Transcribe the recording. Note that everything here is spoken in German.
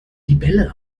libelle